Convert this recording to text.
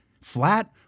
flat